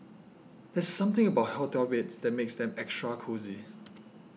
there's something about hotel beds that makes them extra cosy